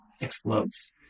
explodes